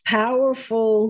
powerful